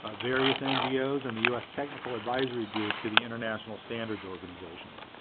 ah various ngos in the us technical advisory group to the international standards organization.